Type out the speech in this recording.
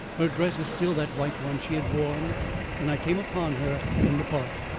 her dress is still that white one she had worn when i came upon her in the park,